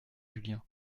julien